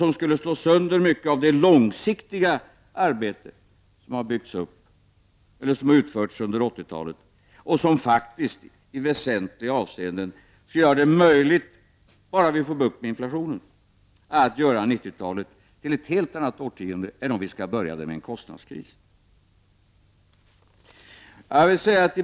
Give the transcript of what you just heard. Det skulle slå sönder mycket av det långsiktiga arbete som gör det möjligt att i väsentliga avseenden, bara vi får bukt med inflationen, göra 90-talet till ett helt annat årtionde än om vi skulle börja det med en kostnadskris.